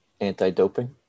Anti-doping